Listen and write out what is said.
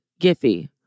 Giphy